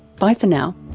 bye for now